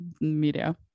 media